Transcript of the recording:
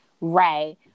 Right